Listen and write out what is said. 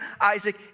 Isaac